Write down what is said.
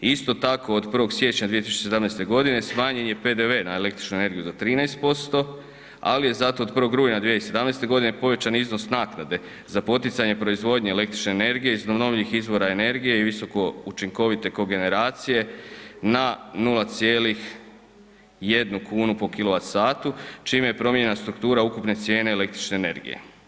Isto tako, od 1. siječnja 2017. godine, smanjen je PDV na električnu energiju za 13%, ali je zato od 1. rujna 2017. povećan iznos naknade za poticanje proizvodnje električne energije iz obnovljivih izvora energije i visoko učinkovito kogeneracije na 0,1 kn po KWh, čime je promijenjena struktura ukupne cijene električne energije.